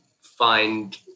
find